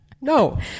No